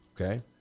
Okay